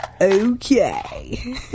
okay